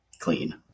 clean